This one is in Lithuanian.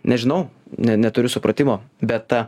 nežinau ne neturiu supratimo bet ta